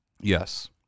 Yes